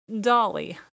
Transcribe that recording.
Dolly